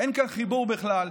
אין כאן חיבור בכלל,